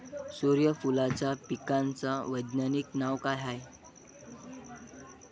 सुर्यफूलाच्या पिकाचं वैज्ञानिक नाव काय हाये?